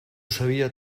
sabia